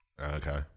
Okay